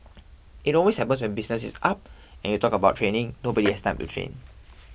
it always happens when business is up and you talk about training nobody has time to train